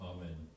Amen